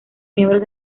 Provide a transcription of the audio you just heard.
miembros